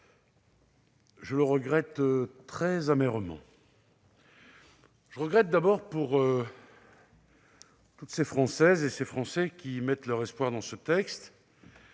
Je le regrette très amèrement. Je le regrette d'abord pour toutes ces Françaises et tous ces Français qui placent leurs espoirs dans ce texte